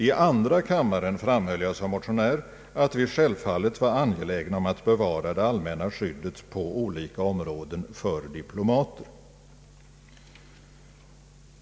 I andra kammaren framhöll jag som motionär att vi självfallet var angelägna om att bevara det allmänna skyddet på olika områden för diplomater.